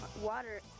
water